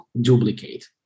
duplicate